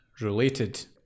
related